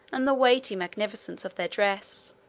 and the weighty magnificence of their dress.